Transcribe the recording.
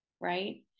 right